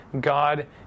god